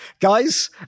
Guys